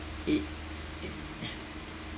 it